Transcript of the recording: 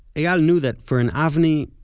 eyal knew that for an avni,